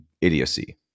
idiocy